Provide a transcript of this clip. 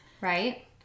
right